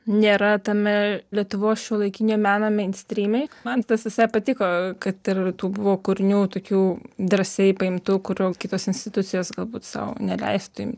nėra tame lietuvos šiuolaikinio meno meinstryme man tas visai patiko kad ir tų buvo kūrinių tokių drąsiai paimtų kurių kitos institucijos galbūt sau neleistų imt